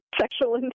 sexual